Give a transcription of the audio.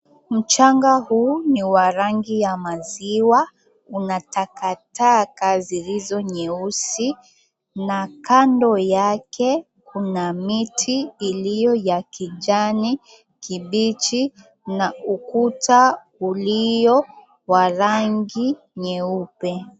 Mchanga huu ni wa rangi ya maziwa. Una takataka zilizo nyeusi, na kando yake kuna miti iliyo ya kijani kibichi na ukuta ulio wa rangi nyeupe.